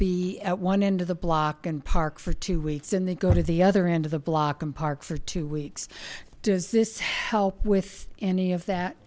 be at one end of the block and park for two weeks and they go to the other end of the block and park for two weeks does this help with any of that